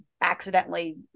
accidentally